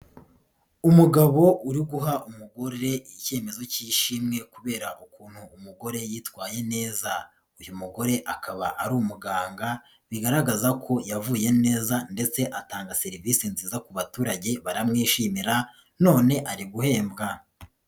Umugabo uri guha umugore icyemezo cy'ishimwe kubera ukuntu umugore yitwaye neza, uyu mugore akaba ari umuganga bigaragaza ko yavuye neza ndetse atanga serivise nziza ku baturage baramwishimira none ari guhembwa.